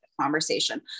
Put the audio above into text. conversation